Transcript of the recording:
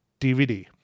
dvd